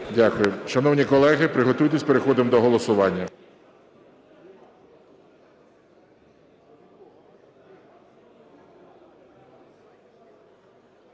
Дякую. Шановні колеги, приготуйтесь, переходимо до голосування.